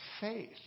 faith